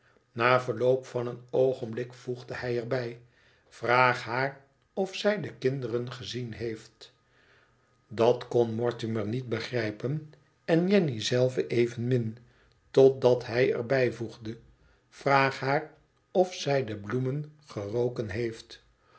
na verloop van een oogenbuk voegde hij er bij vraag haar of zij de kinderen gezien heeft dat kon mortimer niet begrijpen en jenny zelve evenmin totdat hij er bijvoegde vraag haar of zij de bloemen geroken heeft